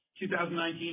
2019